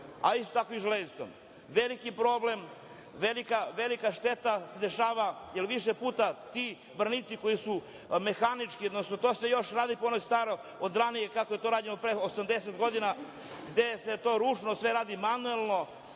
a isto tako i železnicom. Veliki problem, velika šteta se dešava jer više puta ti branici koji su mehanički, odnosno to se još radi po onom starom, ranije kako je to rađeno, pre 80 godina gde se to ručno sve radi, manuelno